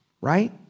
right